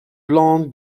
blonde